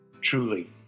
Truly